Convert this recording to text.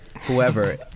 whoever